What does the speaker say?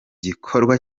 gikorwa